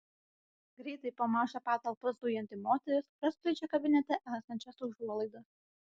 greitai po mažą patalpą zujanti moteris praskleidžia kabinete esančias užuolaidas